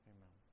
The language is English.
Amen